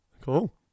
Cool